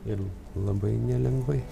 ir labai nelengvai